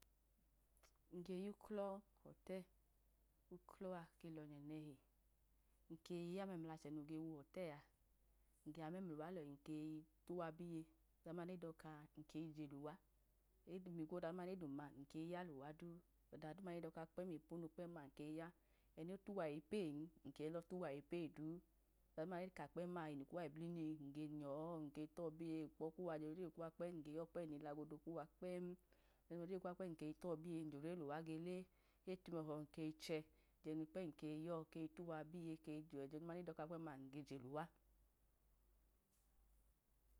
N ge yuklọ utrọtẹl, uklọ a ke lohi nẹhi n keyi ya memlache noluhọtẹl a, n ge ya memluwa lohi ge kwuwa biye, ọda duma nedọka n keyi je luwa, ehun igwu koda duma ne doka a, n keyi yaluwa du ọda duma kpẹm ndọka kpẹm-ma n keyi yaluwa, eno tuwa eyi pee nkelọtuwa eyi pee du, ọda duma neka kpẹm-ma inu kuwa lelolinyi nge nọọ ge tobiye, ukpọ kuwa kpẹm ẹjẹ jodeyi kuwa kpẹm nge nili agodo kuwa kpẹm, ẹjẹjoleyi kuwa kpẹm nkeyi tobiye keye jodre luwa, gele, etum ẹhọ nkeyi chẹ ẹjẹ jinw kpem nkeyi yọ keyi tuwa biye, ọda duma nedọka kpẹm nge jeluwa.